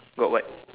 got what